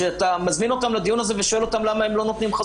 כשאתה מזמין אותם לדיון הזה ושואל אותם למה הם לא נותנים חסות